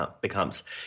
becomes